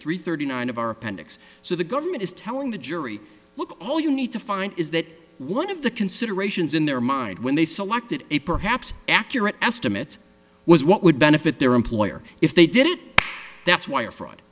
three thirty nine of our appendix so the government is telling the jury look all you need to find is that one of the considerations in their mind when they selected a perhaps accurate estimate was what would benefit their employer if they did it that's wire fraud